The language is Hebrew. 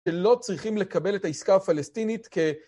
שלא צריכים לקבל את העסקה הפלסטינית כ...